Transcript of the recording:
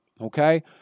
Okay